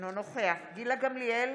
אינו נוכח גילה גמליאל,